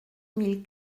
mille